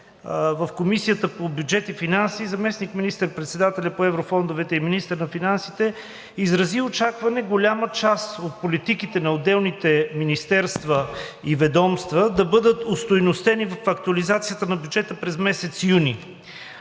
в Комисията по бюджет и финанси заместник министър председателят по еврофондовете и министър на финансите изрази очакване голяма част от политиките на отделните министерства и ведомства да бъдат остойностени в актуализацията на бюджета през месец юни.